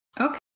Okay